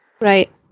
Right